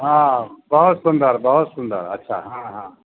हँ बहुत सुन्दर बहुत सुन्दर अच्छा हँ हँ